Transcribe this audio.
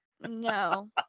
No